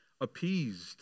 appeased